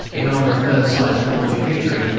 in honor of burnside's reported victory,